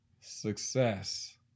success